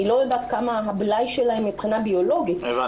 אני לא יודעת כמה הבלאי שלהן מבחינה ביולוגית -- הבנתי.